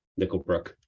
Nickelbrook